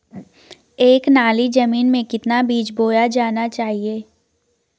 एक नाली जमीन में कितना बीज बोया जाना चाहिए?